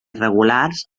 irregulars